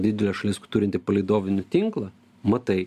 didelė šalis turinti palydovinį tinklą matai